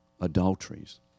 adulteries